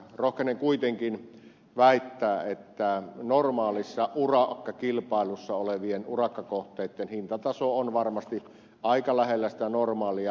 rohkenen kuitenkin väittää että normaalissa urakkakilpailussa olevien urakkakohteitten hintataso on varmasti aika lähellä sitä normaalia